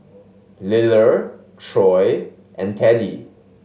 Liller Troy and Teddie